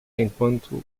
enquanto